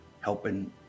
helping